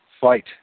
fight